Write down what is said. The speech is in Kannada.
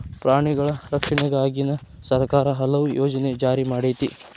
ಪ್ರಾಣಿಗಳ ರಕ್ಷಣೆಗಾಗಿನ ಸರ್ಕಾರಾ ಹಲವು ಯೋಜನೆ ಜಾರಿ ಮಾಡೆತಿ